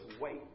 wait